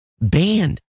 banned